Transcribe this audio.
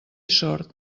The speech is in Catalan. sord